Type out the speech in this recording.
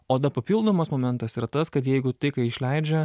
o da papildomas momentas yra tas kad jeigu tai ką išleidžia